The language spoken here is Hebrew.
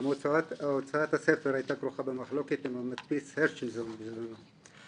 הוצאת הספר הייתה כרוכה במחלוקת עם המדפיס הירשנזון בזמנו.